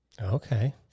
Okay